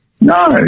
No